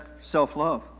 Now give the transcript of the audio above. self-love